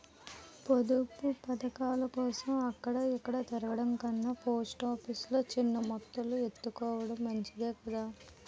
పొదుపు పదకాలకోసం అక్కడ ఇక్కడా తిరగడం కన్నా పోస్ట్ ఆఫీసు లో సిన్న మొత్తాలు ఎత్తుకోడం మంచిదే కదా